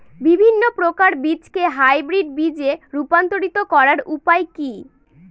বিভিন্ন প্রকার বীজকে হাইব্রিড বীজ এ রূপান্তরিত করার উপায় কি?